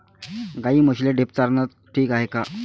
गाई म्हशीले ढेप चारनं ठीक हाये का?